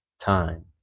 time